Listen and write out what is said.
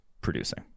producing